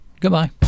Goodbye